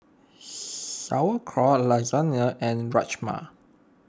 Sauerkraut Lasagna and Rajma